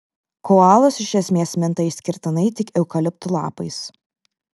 koalos iš esmės minta išskirtinai tik eukaliptų lapais